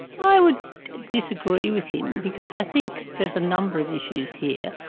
i would disagree with him because i think there's a number of issues here.